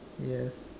yes